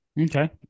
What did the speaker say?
Okay